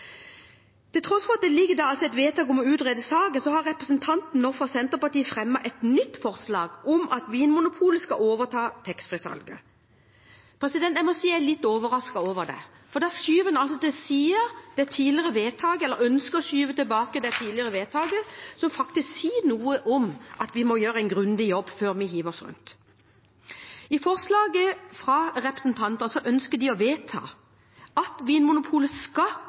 Til tross for at det foreligger et vedtak om å utrede saken, har representantene fra Senterpartiet fremmet et nytt forslag om at Vinmonopolet skal overta taxfree-salget. Jeg må si jeg er litt overrasket over det. Da skyver en altså til side – eller ønsker å skyve til side – det tidligere vedtaket, som faktisk sier noe om at vi må gjøre en grundig jobb før vi hiver oss rundt. I forslaget fra representantene ønsker de å vedta at Vinmonopolet skal